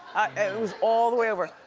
and it was all the way over.